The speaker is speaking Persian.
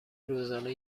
روزانه